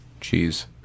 cheese